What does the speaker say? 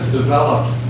developed